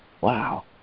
Wow